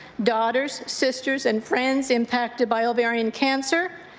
daughters, sisters and friends impacted by ovarian cancer?